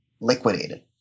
liquidated